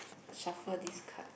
shuffle this card